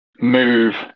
move